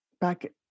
back